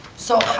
so,